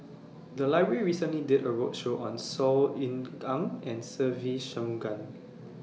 The Library recently did A roadshow on Saw Ean Ang and Se Ve Shanmugam